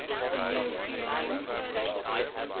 it's a new feeling but